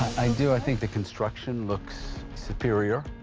i do, i think the construction looks superior.